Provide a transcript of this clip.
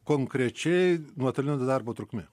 konkrečiai nuotolinio darbo trukmė